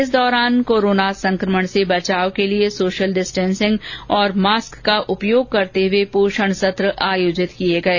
इस दौरान कोरोना संक्रमण से बचाव के लिए सोशल डिस्टेंसिंग और मास्क का उपयोग करते हुए पोषण सत्र आयोजित किये गये